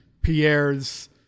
Pierre's